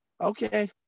Okay